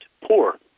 poor